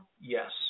Yes